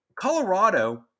colorado